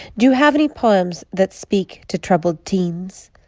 do you have any poems that speak to troubled teens?